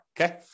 Okay